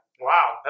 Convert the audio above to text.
Wow